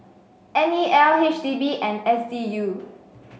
N E L H D B and S D U